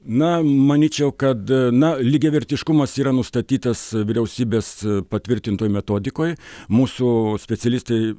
na manyčiau kad na lygiavertiškumas yra nustatytas vyriausybės patvirtintoj metodikoj mūsų specialistai